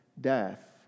death